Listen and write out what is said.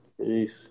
Peace